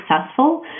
successful